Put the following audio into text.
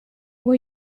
were